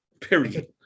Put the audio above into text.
period